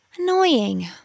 annoying